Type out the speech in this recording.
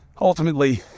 ultimately